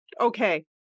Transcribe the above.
Okay